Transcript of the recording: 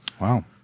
Wow